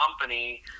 company